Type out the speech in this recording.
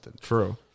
True